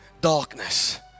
darkness